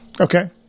Okay